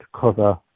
cover